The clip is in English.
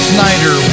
Snyder